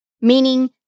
meaning